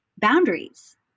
boundaries